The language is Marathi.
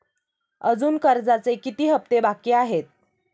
अजुन कर्जाचे किती हप्ते बाकी आहेत?